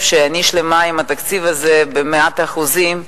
שאני שלמה עם התקציב הזה במאת האחוזים,